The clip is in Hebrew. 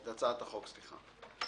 את הצעת החוק, סליחה.